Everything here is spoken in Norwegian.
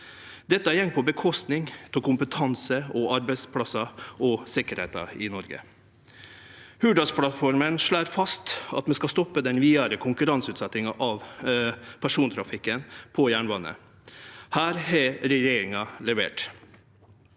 Dette går ut over kompetanse og arbeidsplassar og sikkerheita i Noreg. Hurdalsplattforma slår fast at vi skal stoppe den vidare konkurranseutsetjinga av persontrafikken på jernbanen. Her har regjeringa levert.